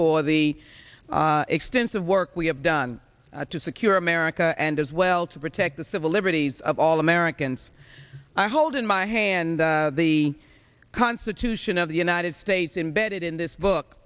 for the extensive work we have done to secure america and as well to protect the civil liberties of all americans i hold in my hand the constitution of the united states embedded in this